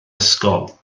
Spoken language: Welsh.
ysgol